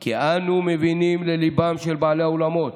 כי אנו מבינים לליבם של בעלי האולמות,